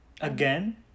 again